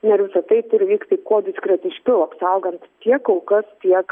na ir visa tai turi vykti kuo diskretiškiau apsaugant tiek aukas tiek